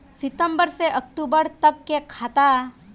सितम्बर से अक्टूबर तक के खाता?